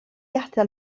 adael